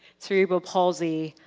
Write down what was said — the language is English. cerebral palsy,